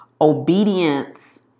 obedience